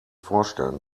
vorstellen